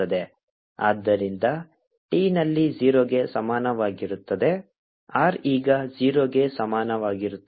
ಆದ್ದರಿಂದ t ನಲ್ಲಿ 0 ಗೆ ಸಮಾನವಾಗಿರುತ್ತದೆ r ಈಗ 0 ಗೆ ಸಮಾನವಾಗಿರುತ್ತದೆ